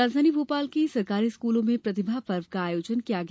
राजधानी भोपाल के सरकारी स्कूलों में प्रतिभा पर्व का आयोजन किया गया